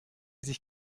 sich